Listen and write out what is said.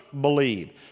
believe